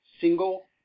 single